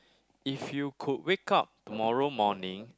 if you could wake up tomorrow morning